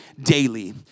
daily